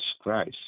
Christ